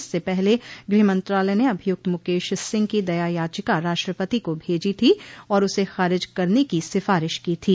इससे पहले गृह मंत्रालय ने अभियुक्त मुकेश सिंह की दया याचिका राष्ट्रपति को भेजी थी और उसे खारिज करने की सिफारिश की थी